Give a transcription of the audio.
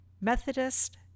Methodist